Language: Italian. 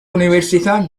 università